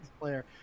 player